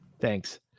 Thanks